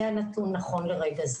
זה הנתון הנכון לרגע זה.